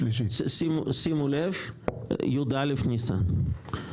שימו לב, י"א ניסן.